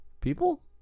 people